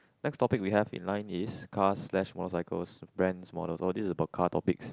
next topic we have in line is cars slash motorcycles brands models oh this about car topics